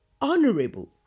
honorable